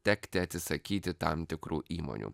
tekti atsisakyti tam tikrų įmonių